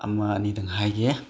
ꯑꯃ ꯑꯅꯤꯗꯪ ꯍꯥꯏꯒꯦ